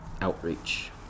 outreach